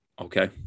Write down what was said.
okay